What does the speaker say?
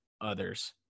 others